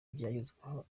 ibyagezweho